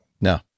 No